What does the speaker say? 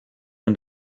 and